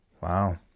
wow